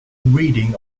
reading